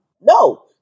No